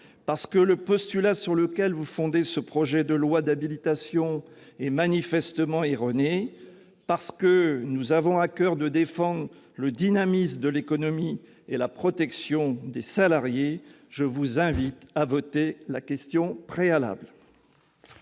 parce que le postulat sur lequel vous fondez ce projet de loi d'habilitation est manifestement erroné, parce que nous avons à coeur de défendre et le dynamisme de l'économie et la protection des salariés, je vous invite à voter la question préalable